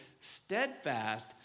Steadfast